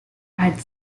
add